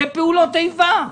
זה פעולות איבה.